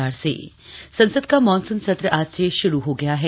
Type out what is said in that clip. लोकसभा संसद का मॉनसून सत्र आज से शुरू हो गया है